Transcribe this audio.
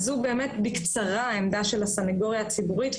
זו בקצרה עמדת הסנגוריה הציבורית.